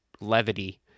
levity